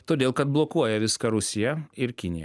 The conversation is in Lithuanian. todėl kad blokuoja viską rusija ir kinija